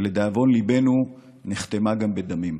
שלדאבון ליבנו נחתמה גם בדמים.